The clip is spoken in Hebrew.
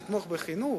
לתמוך בחינוך.